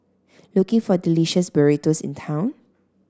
looking for delicious burritos in town